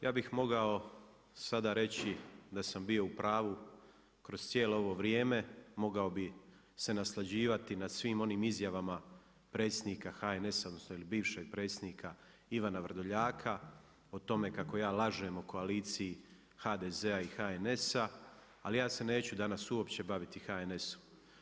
Ja bih mogao sada reći da sam bio u pravu kroz cijelo ovo vrijeme, mogao bi se naslađivati nad svim onim izjavama predsjednika HNS-a odnosno bivšeg predsjednika Ivana Vrdoljaka o tome kako ja lažem o koaliciji HDZ-a i HNS-a, ali ja se neću danas uopće baviti HNS-om.